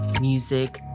music